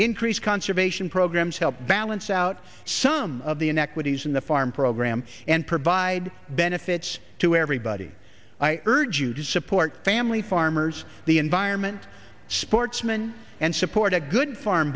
increase conservation programs help balance out some of the inequities in the farm program and provide benefits to everybody i urge you to support family farmers the environment sportsman and support a good